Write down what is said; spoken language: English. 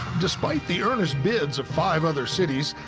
despite the earnest bids of five other cities,